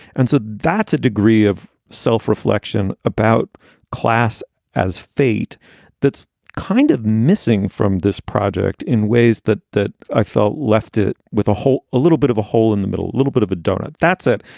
and so that's a degree of self-reflection about class as fate that's kind of missing from this project in ways that that i felt left it with a hole, a little bit of a hole in the middle, a little bit of a doughnut. that's it.